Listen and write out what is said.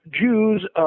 Jews